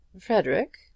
Frederick